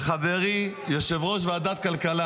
לחברי יושב-ראש ועדת הכלכלה,